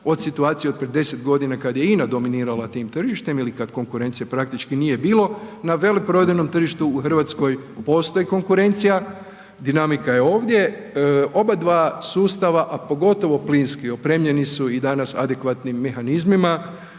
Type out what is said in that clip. od situacije od prije 10.g. kad je INA dominirala tim tržištem ili kad konkurencije praktički nije bilo, na veleprodajnom tržištu u RH postoji konkurencija, dinamika je ovdje, obadva sustava, a pogotovo plinski opremljeni su i danas adekvatnim mehanizmima,